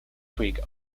creek